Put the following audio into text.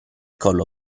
collo